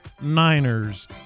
Niners